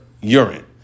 urine